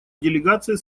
делегация